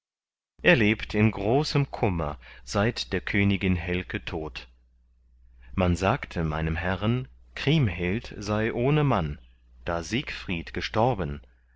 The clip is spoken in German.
er lebt in großem kummer seit der königin helke tod man sagte meinem herren kriemhild sei ohne mann da siegfried gestorben